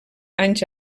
anys